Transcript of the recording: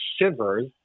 shivers